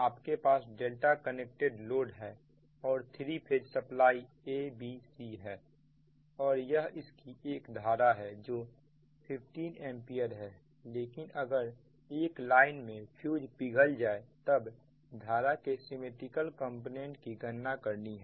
आपके पास delta connected load है और थ्री फेज सप्लाई abc है और यह इसकी एक धारा है जो 15 एंपियर है लेकिन अगर एक लाइन में फ्यूज पिघल जाए तब धारा के सिमिट्रिकल कंपोनेंट की गणना करनी है